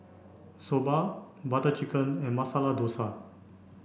Soba Butter Chicken and Masala Dosa